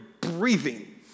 breathing